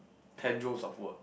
ten joules of work